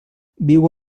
viu